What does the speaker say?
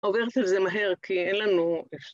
עוברת לזה מהר כי אין לנו...